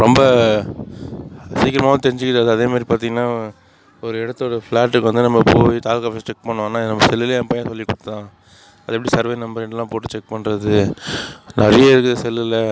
ரொம்ப சீக்கிரமாகவும் தெரிஞ்சுக்கிறது அதே மாதிரி பார்த்திங்கன்னா ஒரு இடத்தோட ஃபிளாட்டுக்கு வந்து நம்ம போய் தாலுக்கா ஆஃபிஸ் செக் பண்ணணுன்னா அது நம்ம செல்லில் நம்ம பேரை சொல்லி பார்த்தா அது எப்படி சர்வே நம்பர் எல்லாம் போட்டு செக் பண்ணுறது நிறைய இருக்குது செல்லில்